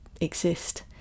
exist